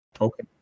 Okay